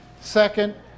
Second